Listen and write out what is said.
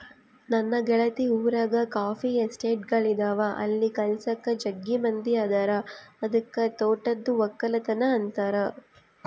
ನನ್ನ ಗೆಳತಿ ಊರಗ ಕಾಫಿ ಎಸ್ಟೇಟ್ಗಳಿದವ ಅಲ್ಲಿ ಕೆಲಸಕ್ಕ ಜಗ್ಗಿ ಮಂದಿ ಅದರ ಅದಕ್ಕ ತೋಟದ್ದು ವಕ್ಕಲತನ ಅಂತಾರ